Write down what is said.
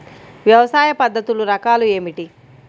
వ్యవసాయ పద్ధతులు రకాలు ఏమిటి?